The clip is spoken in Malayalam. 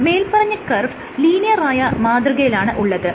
മേല്പറഞ്ഞ കർവ് ലീനിയറായ മാതൃകയിലാണ് ഉള്ളത്